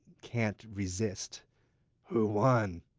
can't resist who won?